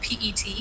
PET